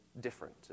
different